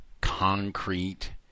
concrete